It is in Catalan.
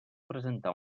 presentar